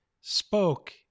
spoke